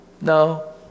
No